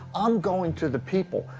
i'm going to the people.